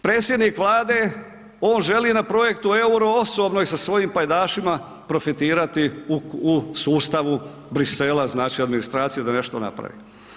Predsjednik Vlade on želi na projektu EUR-o osobno i sa svojim pajdašima profitirati u sustavu Bruxellesa znači administracije da nešto napravi.